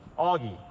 Augie